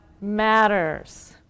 matters